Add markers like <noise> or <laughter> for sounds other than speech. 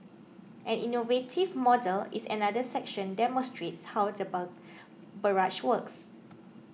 an innovative model is another section demonstrates how <unintelligible> barrage works